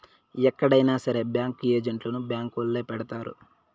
ఎక్కడైనా సరే బ్యాంకు ఏజెంట్లను బ్యాంకొల్లే పెడతారు